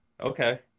okay